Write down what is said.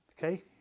Okay